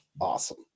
awesome